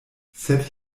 sed